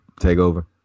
TakeOver